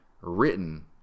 written